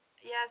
yes